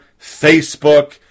Facebook